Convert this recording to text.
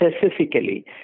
specifically